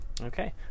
Okay